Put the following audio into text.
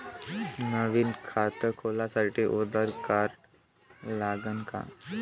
नवीन खात खोलासाठी आधार कार्ड लागन का?